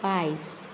पायस